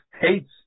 hates